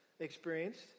experienced